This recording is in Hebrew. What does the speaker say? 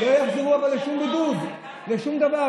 הם לא יחזרו לשום בידוד, לשום דבר.